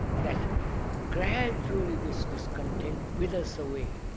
that gradually this discontent withers away.